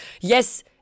Yes